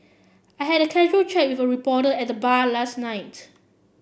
I had a casual chat with a reporter at the bar last night